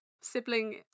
sibling